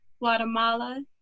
Guatemala